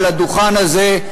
על הדוכן הזה,